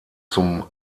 zum